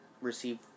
receive